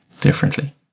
differently